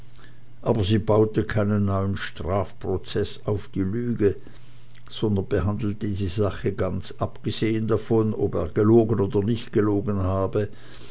aber sie bauete keinen neuen strafprozeß auf die lüge sondern behandelte die sache ganz abgesehen davon ob er gelogen oder nicht gelogen habe